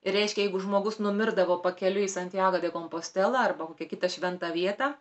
reiškia jeigu žmogus numirdavo pakeliui į santjago de kompostelą arba kokią kitą šventą vietą